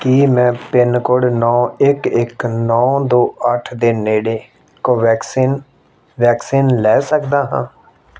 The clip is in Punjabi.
ਕੀ ਮੈਂ ਪਿਨ ਕੋਡ ਨੌਂ ਇੱਕ ਇੱਕ ਨੌਂ ਦੋ ਅੱਠ ਦੇ ਨੇੜੇ ਕੋਵੈਕਸਿਨ ਵੈਕਸੀਨ ਲੈ ਸਕਦਾ ਹਾਂ